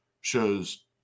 shows